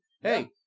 Hey